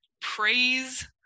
praise